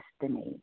destiny